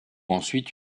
ensuite